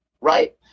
right